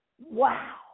Wow